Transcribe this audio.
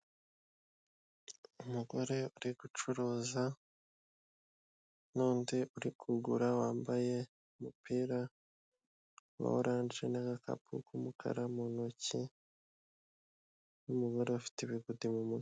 Umugore uri gucuruza n'undi uri kugura wambaye umupira wa oranje n'agakapu k'umukara mu ntoki n'umugoreufite ibibodi mu mutwe.